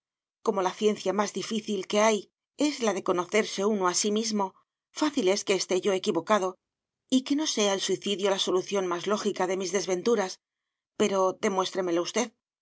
como la ciencia más difícil que hay es la de conocerse uno a sí mismo fácil es que esté yo equivocado y que no sea el suicidio la solución más lógica de mis desventuras pero demuéstremelo